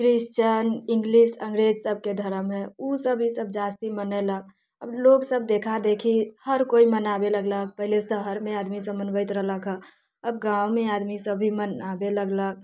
Christian English अंग्रेज सबके धरम हय उ सब ई सब ज्यास्ती मनेलक अब लोकसब देखा देखी हर कोइ मनाबे पहले शहरमे आदमी सब मनबैत रहलक हँ अब गाँवमे आदमी सब भी मनाबे लगलक